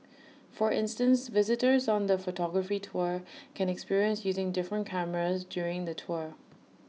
for instance visitors on the photography tour can experience using different cameras during the tour